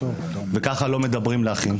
וכה לא מדברים לאחים,